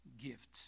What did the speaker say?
gift